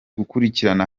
gukurikiranira